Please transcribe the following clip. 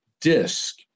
disc